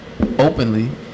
openly